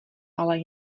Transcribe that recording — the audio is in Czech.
ale